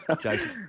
Jason